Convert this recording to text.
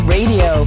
Radio